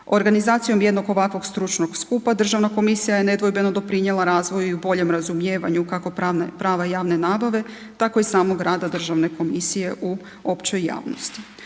Organizacijom jednog ovakvog stručnog skupa, državna komisija je nedvojbeno doprinijela razvoju i boljem razumijevanju kako pravne, prava javne nabave, tako i samog rada državne komisije u općoj javnosti.